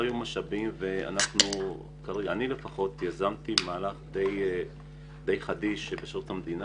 לא היו משאבים ואני יזמתי מהלך די חדיש בשירות המדינה,